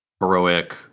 heroic